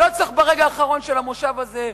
לא צריך ברגע האחרון של המושב הזה.